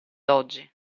oggi